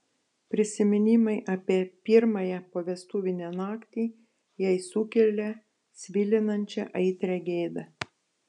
prisiminimai apie pirmąją povestuvinę naktį jai sukelia svilinančią aitrią gėdą